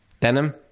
Denim